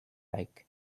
like